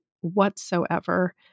whatsoever